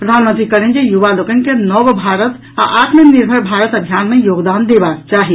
प्रधानमंत्री कहलनि जे युवा लोकनि के नव भारत आ आत्मनिर्भर भारत अभियान मे योगदान देबाक चाही